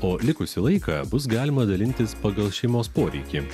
o likusį laiką bus galima dalintis pagal šeimos poreikį